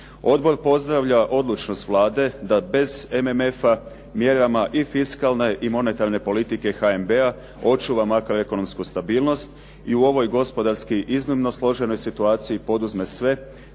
Odbor pozdravlja odlučnost Vlade da bez MMF-a mjerama i fiskalne i monetarne politike HNB-a očuva makroekonomsku stabilnost i u ovoj gospodarski iznimno složenoj situaciji poduzme sve